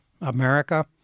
America